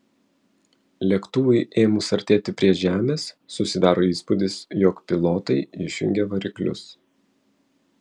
lėktuvui ėmus artėti prie žemės susidaro įspūdis jog pilotai išjungė variklius